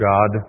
God